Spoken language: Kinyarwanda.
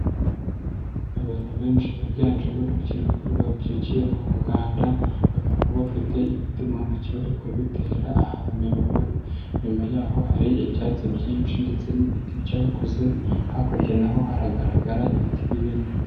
Abantu benshi biganjemo urubyiruko babyukiye mu muganda, bakaba bafite ibiti mu ntoki bari kubitera ahantu mu bihuru, inyuma y'aho hari ibyatsi byinshi ndetse n'ibiti byakuze, hakurya na ho haragaragara ibiti binini.